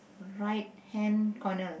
right hand corner